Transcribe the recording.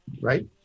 right